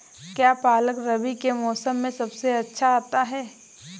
क्या पालक रबी के मौसम में सबसे अच्छा आता है?